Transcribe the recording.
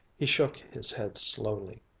he shook his head slowly.